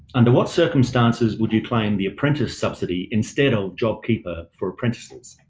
under what circumstances would you claim the apprentice subsidy instead of jobkeeper for apprentices?